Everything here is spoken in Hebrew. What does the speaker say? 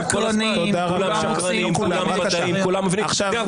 כולם שקרנים, כולם --- תודה רבה.